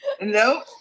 Nope